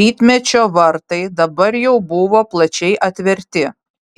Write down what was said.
rytmečio vartai dabar jau buvo plačiai atverti